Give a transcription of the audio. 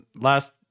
Last